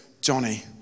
Johnny